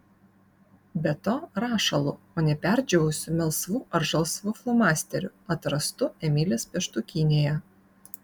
be to rašalu o ne perdžiūvusiu melsvu ar žalsvu flomasteriu atrastu emilės pieštukinėje